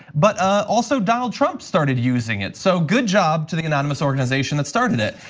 but also donald trump started using it. so good job to the anonymous organization that started it.